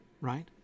right